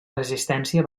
resistència